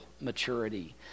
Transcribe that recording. maturity